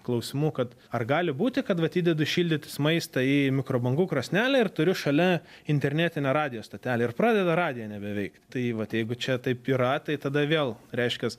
klausimų kad ar gali būti kad vat įdedu šildytis maistą į mikrobangų krosnelę ir turiu šalia internetinę radijo stotelę ir pradeda radija nebeveikt tai vat jeigu čia taip yra tai tada vėl reiškias